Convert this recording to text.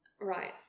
Right